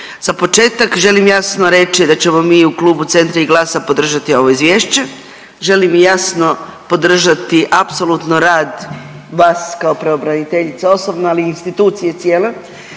za početak želim jasno reći da ćemo mi u Klubu Centra i GLAS-a podržati ovo izvješće. Želim i jasno podržati apsolutno rad vas kao pravobraniteljice osobno, ali i institucije cijele